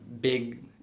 big